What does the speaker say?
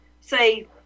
say